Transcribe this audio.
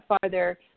farther